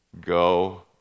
go